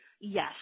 yes